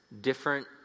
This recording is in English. different